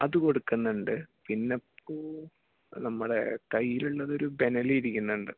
അതുകൊടുക്കുന്നുണ്ട് പിന്നേ പോ നമ്മുടെ കൈയിലുള്ളതൊരു ബെനലി ഇരിക്കുന്നുണ്ട്